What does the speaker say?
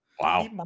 Wow